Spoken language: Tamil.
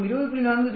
நாம் 20